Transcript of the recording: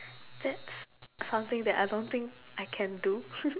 that's something that I don't think I can do